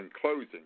closing